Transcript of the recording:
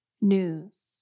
news